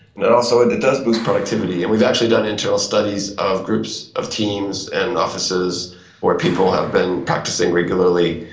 and and also it it does boost productivity. and we've actually done internal studies of groups of teams and offices where people have been practising regularly,